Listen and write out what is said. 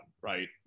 right